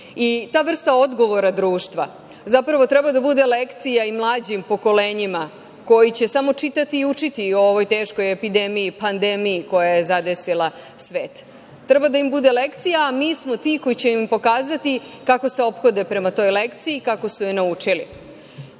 i ta vrsta odgovora društva zapravo treba da bude lekcija i mlađim pokolenjima koji će samo čitati i učiti o ovoj teškoj epidemiji, pandemiji koja je zadesila svet. Treba da im bude lekcija, a mi smo ti koji ćemo im pokazati kako se ophode prema toj lekciji, kako su ih naučili.